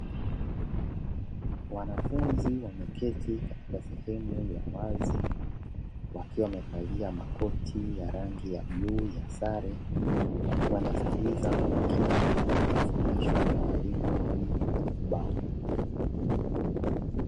Wanafunzi wameketi katika sehemu ya wazi wakiwa wamevalia makoti ya rangi ya bluu ya sare, wanasikiliza kwa makini wanachofundishwa na walimu wawili ubaoni.